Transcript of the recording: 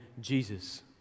Jesus